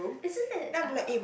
it's just that ah